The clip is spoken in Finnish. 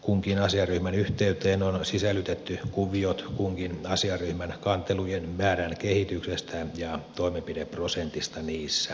kunkin asiaryhmän yhteyteen on sisällytetty kuviot kunkin asiaryhmän kantelujen määrän kehityksestä ja toimenpideprosentista niissä